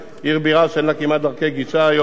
עיר בירה שאין לה כמעט דרכי גישה היום.